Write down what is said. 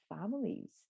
families